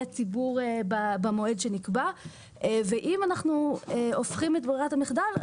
הציבור במועד שנקבע ואם אנחנו הופכים את ברירת המחדל,